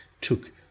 took